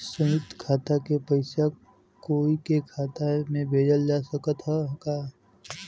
संयुक्त खाता से पयिसा कोई के खाता में भेजल जा सकत ह का?